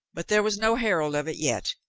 but there was no herald of it yet,